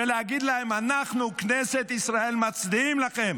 ולהגיד להם: אנחנו, כנסת ישראל, מצדיעים לכם.